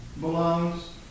belongs